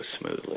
smoothly